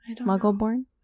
Muggle-born